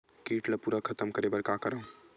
कीट ला पूरा खतम करे बर का करवं?